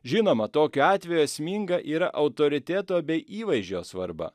žinoma tokiu atveju esminga yra autoriteto bei įvaizdžio svarba